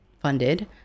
funded